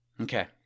okay